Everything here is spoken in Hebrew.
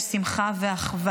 שמחה ואחווה,